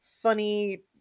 funny